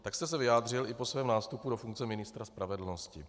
Tak jste se vyjádřil i po svém nástupu do funkce ministra spravedlnosti.